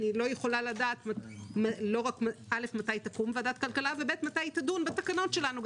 אני לא יכולה לדעת מתי תקום ועדת הכלכלה ומתי היא תדון בתקנות הללו.